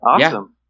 awesome